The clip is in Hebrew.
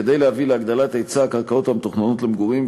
כדי להביא להגדלת היצע הקרקעות המתוכננות למגורים,